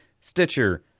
Stitcher